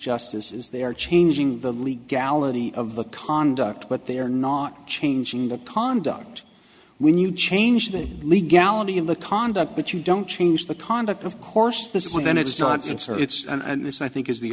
justice is they are changing the legality of the conduct but they're not changing the conduct when you change the legality of the conduct but you don't change the conduct of course the senate is not censor it's and this i think is the